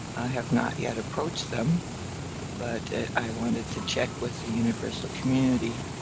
have not yet approached them but i wanted to check with the universal community